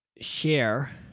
share